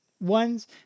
ones